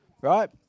Right